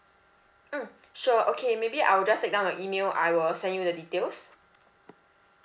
mm sure okay maybe I will just take down your email I will send you the details